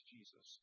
Jesus